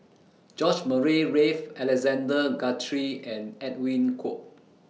George Murray Reith Alexander Guthrie and Edwin Koek